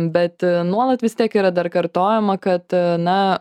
bet nuolat vis tiek yra dar kartojama kad na